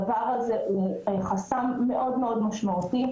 הדבר הזה הוא חסם מאוד מאוד משמעותי.